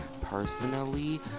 personally